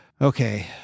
Okay